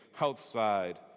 outside